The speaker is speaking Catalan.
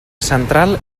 central